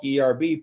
erb